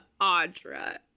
Audra